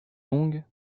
longue